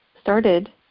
started